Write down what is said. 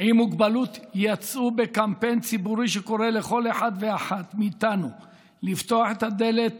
עם מוגבלות יצאו בקמפיין ציבורי שקורא לכל אחד ואחת מאיתנו לפתוח את הדלת